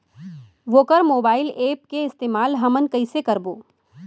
वोकर mobile app के इस्तेमाल हमन कइसे करबो?